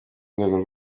rwego